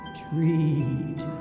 treat